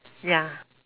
ya